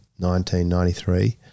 1993